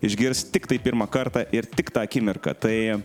išgirs tiktai pirmą kartą ir tik tą akimirką tai